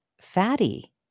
Fatty